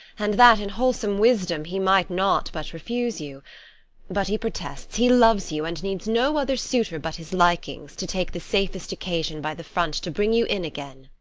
and that, in wholesome wisdom, he might not but refuse you but he protests he loves you and needs no other suitor but his likings to take the safest occasion by the front to bring you in again.